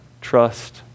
trust